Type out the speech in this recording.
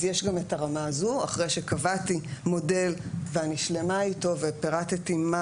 אז יש גם את הרמה הזו אחרי שקבעתי מודל ואני שלמה איתו ופירטתי מה